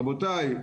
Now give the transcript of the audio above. רבותי,